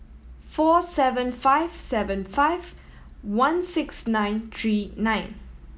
four seven five seven five one six nine three nine